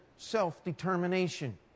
self-determination